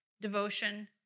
devotion